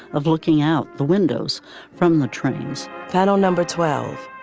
of looking out the windows from the trains final number twelve,